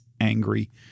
angry